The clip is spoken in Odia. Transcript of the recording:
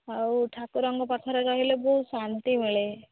ଆଉ ଠାକୁରଙ୍କ ପାଖରେ ରହିଲେ ବହୁତ ଶାନ୍ତି ମିଳେ